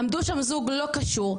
עמדו שם זוג לא קשור.